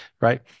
Right